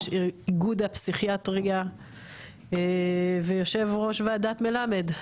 איגוד הפסיכיאטריה ויושב ראש ועדת מלמד,